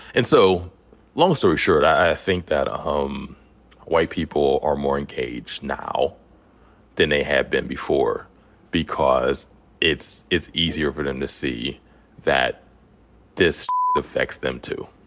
and so long story short, i think that ah white people are more engaged now than they had been before because it's it's easier for them to see that this affects them, too.